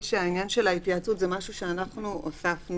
שעניין ההתייעצות זה משהו שאנחנו הוספנו.